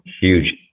huge